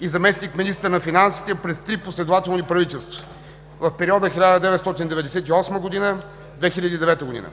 и заместник-министър на финансите през три последователни правителства в периода 1998 – 2009 г.